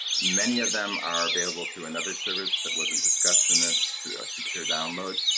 many of them are available through another service that wasn't discussed in this, through a secure download.